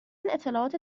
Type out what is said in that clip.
اطلاعات